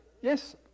yes